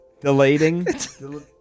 Delating